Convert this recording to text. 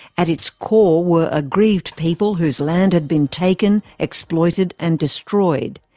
at its core were aggrieved people whose land had been taken, exploited and destroyed.